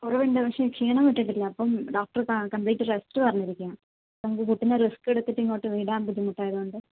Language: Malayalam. കുറവ് ഉണ്ട് പക്ഷെ ക്ഷീണം വീട്ടിട്ട് ഇല്ല അപ്പം ഡോക്ടർ ക കമ്പ്ലീറ്റ് റസ്റ്റ് പറഞ്ഞ് ഇരിക്കുവ നമുക്ക് കുട്ടീനെ റിസ്ക് എടുത്തിട്ട് ഇങ്ങോട്ട് വിടാൻ ബുദ്ധിമുട്ട് ആയതോണ്ട്